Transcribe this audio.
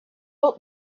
old